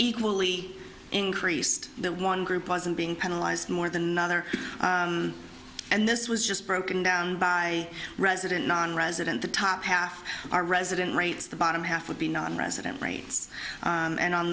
equally increased that one group wasn't being penalize more than another and this was just broken down by resident nonresident the top half our resident rates the bottom half would be non resident rates and